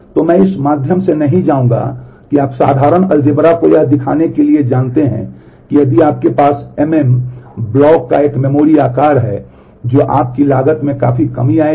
तो मैं इस के माध्यम से नहीं जाऊंगा कि आप साधारण अलजेब्रा द्वारा कम हो जाएगा